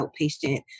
outpatient